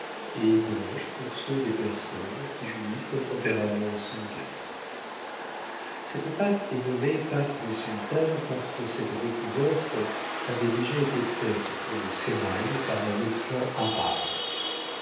et blanches pour ceux des personnes qui jouissent d'un tempérament sanguin cette pâte est nommée pâte des sultanes parce que cette découverte avait déjà été faite pour le sérail par un médecin arabe